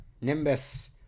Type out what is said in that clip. Nimbus